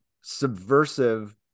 subversive